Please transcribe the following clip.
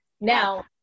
Now